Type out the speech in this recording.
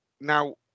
now